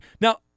Now